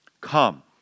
Come